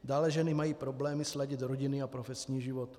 Dále ženy mají problémy sladit rodinný a profesní život.